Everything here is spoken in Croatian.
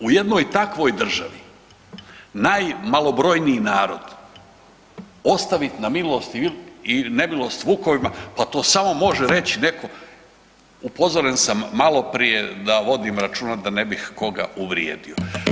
U jednoj takvoj državi, najmalobrojniji narod ostavit na milost ili nemilost vukovima pa to samo može reć neko, upozoren sam maloprije da vodim računa da ne bih koga uvrijedio.